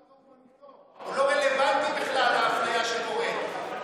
הוא לא רלוונטי בכלל לאפליה שקורית.